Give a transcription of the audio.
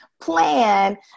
plan